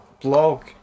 blog